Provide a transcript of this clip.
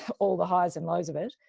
all the highs and lows of it.